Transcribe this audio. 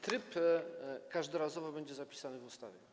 Tryb każdorazowo będzie zapisany w ustawie.